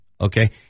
Okay